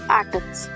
atoms